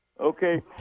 Okay